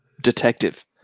detective